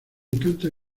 encanta